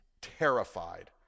terrified